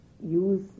use